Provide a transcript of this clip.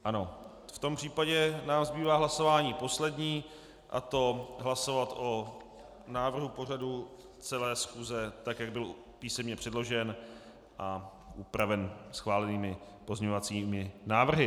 Ano, v tom případě nám zbývá hlasování poslední, a to hlasovat o návrhu pořadu celé schůze, tak jak byl písemně předložen a upraven schválenými pozměňovacími návrhy.